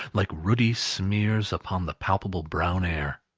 like ruddy smears upon the palpable brown air.